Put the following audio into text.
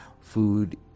food